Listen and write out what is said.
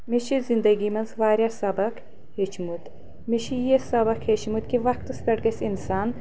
مےٚ چھِ زندگی منٛز واریاہ سبق ہیٚچھمُت مےٚ چھِ یہِ سبق ہیٚچھمتۍ کہِ وقتس پٮ۪ٹھ گژھِ انسان